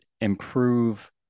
improve